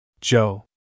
Joe